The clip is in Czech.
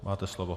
Máte slovo.